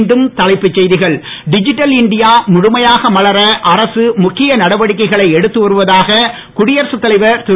மீண்டும் தலைப்புச் செய்திகள் டிஜிட்டல் இண்டியா முழுமையாக மலர அரசு முக்கிய நடவடிக்கைகளை எடுத்து வருவதாக குடியரசுத் தலைவர் திரு